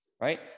right